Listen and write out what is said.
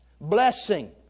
blessing